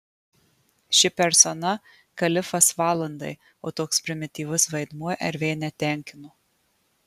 ši persona kalifas valandai o toks primityvus vaidmuo rv netenkino